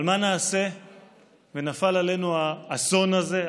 אבל מה נעשה שנפל עלינו האסון הזה,